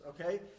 okay